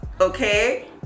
Okay